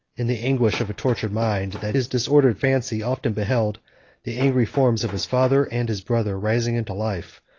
in the anguish of a tortured mind, that his disordered fancy often beheld the angry forms of his father and his brother rising into life,